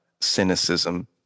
cynicism